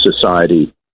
society